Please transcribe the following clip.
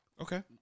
Okay